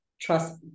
trust